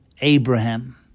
Abraham